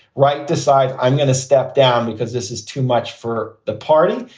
right. decide. i'm going to step down because this is too much for the party.